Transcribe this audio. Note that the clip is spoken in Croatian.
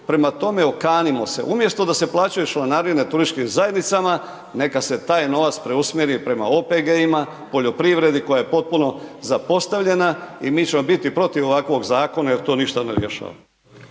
prema tome, okanimo se. Umjesto da se plaćaju članarine turističkim zajednicama, neka se taj novac preusmjeri prema OPG-ima, poljoprivredi koja je potpuno zapostavljena i mi ćemo bit protiv ovakvog zakona jer to ništa ne rješava.